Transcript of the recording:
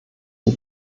sie